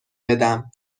بدم